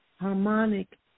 harmonic